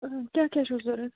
کیٛاہ کیٛاہ چھُو ضوٚرَتھ